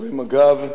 שוטרי מג"ב,